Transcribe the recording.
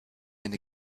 eine